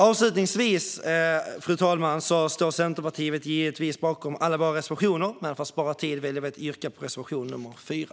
Avslutningsvis vill jag säga att vi i Centerpartiet givetvis står bakom alla våra reservationer, men för att spara tid väljer jag att yrka bifall endast till reservation 4.